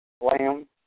lamb